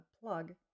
plug